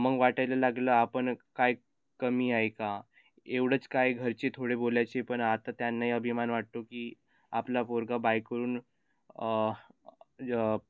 मग वाटायला लागलं आपण काय कमी आहे का एवढंच काय घरचे थोडे बोलायचे पण आता त्यांनाही अभिमान वाटतो की आपला पोरगा बाइकवरून